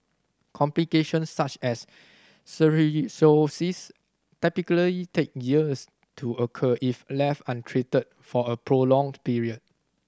complications such as cirrhosis typically take years to occur if left untreated for a prolonged period